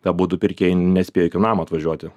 abudu pirkėjai nespėjo iki namo atvažiuoti